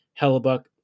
Hellebuck